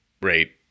rate